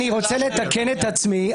אני רוצה לתקן את עצמי,